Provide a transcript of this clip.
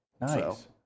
Nice